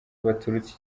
baturutse